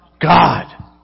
God